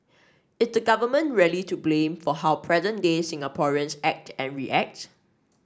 is the Government really to blame for how present day Singaporeans act and react